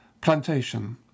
plantation